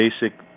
basic